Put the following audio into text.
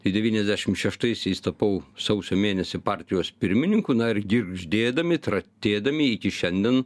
ir devyniasdešim šeštaisiais tapau sausio mėnesį partijos pirmininku na ir girgždėdami tratėdami iki šiandien